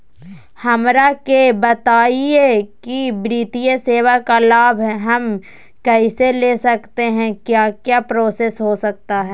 हमरा के बताइए की वित्तीय सेवा का लाभ हम कैसे ले सकते हैं क्या क्या प्रोसेस हो सकता है?